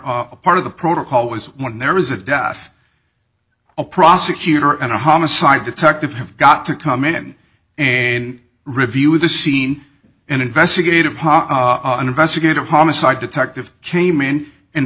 a part of the protocol was when there is a death a prosecutor and a homicide detective have got to come in and review the scene and investigative an investigative homicide detective came in and